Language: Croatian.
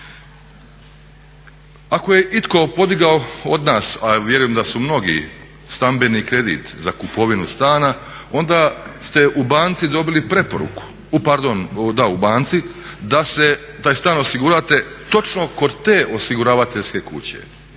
Ako je itko podigao od nas, a vjerujem da su mnogi, stambeni kredit za kupovinu stana onda ste u banci dobili preporuku da taj stan osigurate točno kod te osiguravateljske kuće